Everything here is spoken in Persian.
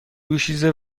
دوشیزه